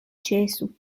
ĉesu